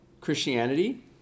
Christianity